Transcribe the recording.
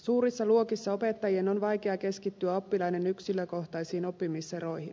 suurissa luokissa opettajien on vaikea keskittyä oppilaiden yksilökohtaisiin oppimiseroihin